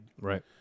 right